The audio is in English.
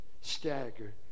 stagger